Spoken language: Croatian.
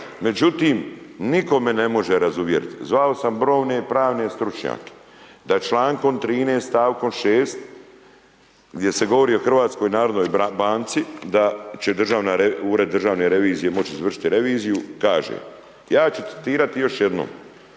međutim, nitko me ne može razuvjeriti. Zvao sam brojne pravne stručnjake, da čl. 13 st. 6 gdje se govori o HNB da će Ured državne revizije moći izvršiti reviziju, kaže, ja ću citirati još jednom: